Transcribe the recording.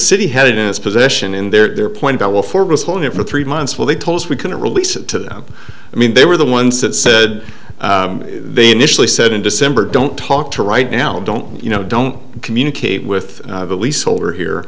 city had it in this position in their point i will for was holding it for three months well they told us we couldn't release it to them i mean they were the ones that said they initially said in december don't talk to right now don't you know don't communicate with the lease holder here